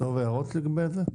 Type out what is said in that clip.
הערות לגבי זה?